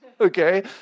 okay